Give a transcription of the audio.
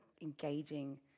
engaging